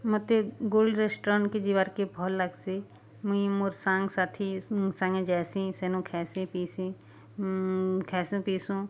ମତେ ଗୋଲ୍ ରେଷ୍ଟୁରାଣ୍ଟ୍କେ ଯିବାର୍କେ ଭଲ୍ ଲାଗ୍ସି ମୁଇଁ ମୋର୍ ସାଙ୍ଗସାଥି ସାଙ୍ଗେ ଯାଏସିଁ ସେନୁ ଖାଏସିଁ ପିସିଁ ଖାଏସୁଁ ପିସୁଁ